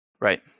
Right